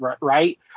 right